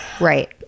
Right